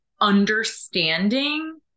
understanding